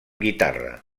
guitarra